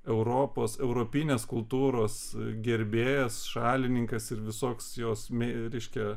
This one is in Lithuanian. europos europinės kultūros gerbėjas šalininkas ir visoks jos mi reiškia